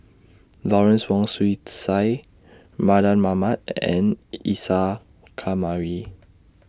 Lawrence Wong Shyun Tsai Mardan Mamat and Isa Kamari